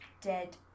dead